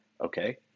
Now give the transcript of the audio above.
okay